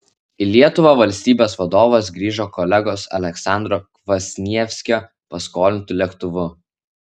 į lietuvą valstybės vadovas grįžo kolegos aleksandro kvasnievskio paskolintu lėktuvu